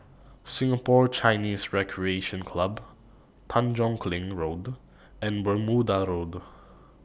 Singapore Chinese Recreation Club Tanjong Kling Road and Bermuda Road